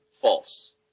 false